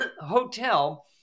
hotel